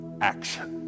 action